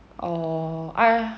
oh I